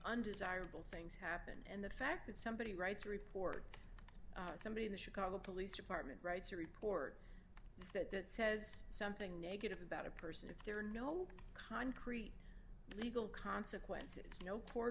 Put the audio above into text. undesirable things happen and the fact that somebody writes a report that somebody in the chicago police department writes a report that says something negative about a person if there are no concrete legal consequences no court